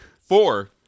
Four